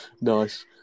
Nice